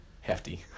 Hefty